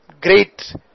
great